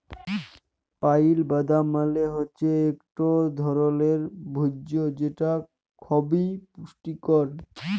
pile বাদাম মালে হৈচ্যে ইকট ধরলের ভোজ্য যেটা খবি পুষ্টিকর